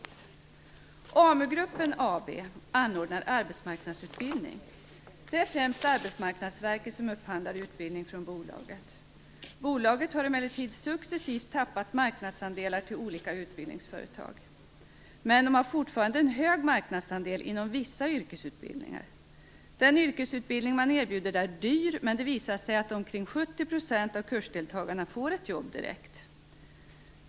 Amu-gruppen AB anordnar arbetsmarknadsutbildning. Det är främst Arbetsmarknadsverket som upphandlar utbildning från bolaget. Bolaget har emellertid successivt tappat marknadsandelar till olika utbildningsföretag men har fortfarande en hög marknadsandel inom vissa yrkesutbildningar. Den yrkesutbildning som man erbjuder är dyr, men det har visat sig att omkring 70 % av kursdeltagarna får ett jobb direkt efter avslutad utbildning.